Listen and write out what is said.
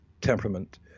temperament